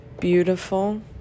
beautiful